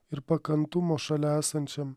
ir pakantumo šalia esančiam